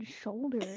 shoulder